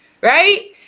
right